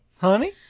Honey